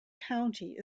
county